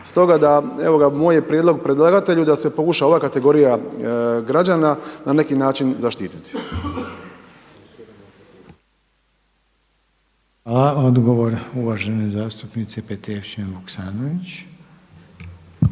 brojna. Stoga moj je prijedlog predlagatelju da se pokuša ova kategorija građana na neki način zaštititi. **Reiner, Željko (HDZ)** Hvala. Odgovor uvažene zastupnice Petrijevčanin Vuksanović.